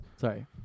Sorry